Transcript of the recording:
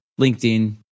LinkedIn